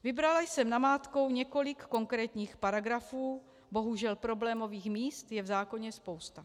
Vybrala jsem namátkou několik konkrétních paragrafů, bohužel problémových míst je v zákoně spousta.